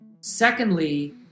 Secondly